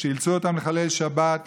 שאילצו אותם לחלל שבת,